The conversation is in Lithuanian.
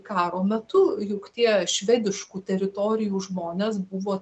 karo metu juk tie švediškų teritorijų žmonės buvo